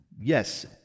Yes